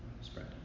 Spread